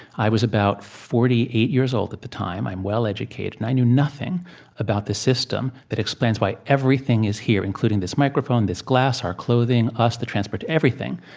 i was about forty eight years old at the time. i'm well educated. and i knew nothing about the system that explains why everything is here, including this microphone, this glass, our clothing, us, the transportation everything.